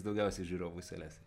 daugiausiai žiūrovų į sales